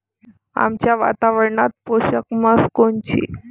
आमच्या वातावरनात पोषक म्हस कोनची?